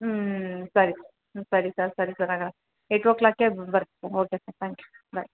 ಹ್ಞೂ ಸರಿ ಸರಿ ಸರ್ ಸರಿ ಸರ್ ಆಗ ಎಯ್ಟ್ ಓ ಕ್ಲಾಕಿಗೆ ಬರ್ತಾ okay sir thank you bye